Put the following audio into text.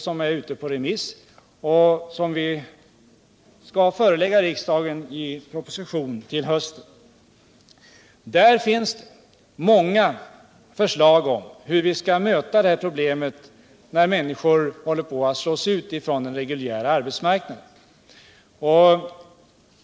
Det är ute på remiss, och vi skall förelägga riksdagen en proposition i anledning därav till hösten. Där finns många förslag om hur vi skall möta det problemet att människor håller på att slås ut från den reguljära arbetsmarknaden.